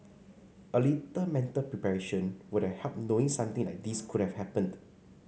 a little mental preparation would have helped knowing something like this could have happened